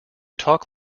talk